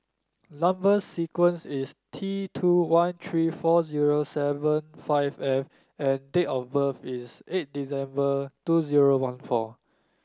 number sequence is T two one three four zero seven five F and date of birth is eight December two zero one four